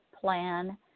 plan